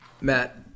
Matt